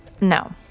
no